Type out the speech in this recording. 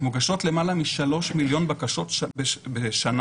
מוגשות למעלה מ-3 מיליון בקשות בשנה.